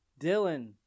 Dylan